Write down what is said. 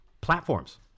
platforms